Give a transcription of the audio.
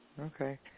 Okay